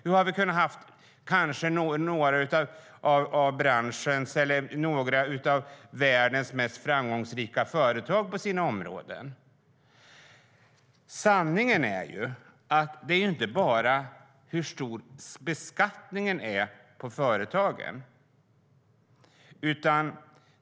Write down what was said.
Hur har vi kunnat ha några av världens mest framgångsrika företag på sina områden? Sanningen är att det inte bara handlar om hur stor beskattningen är på företagen.